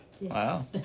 Wow